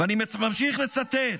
אני ממשיך לצטט.